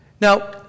Now